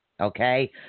okay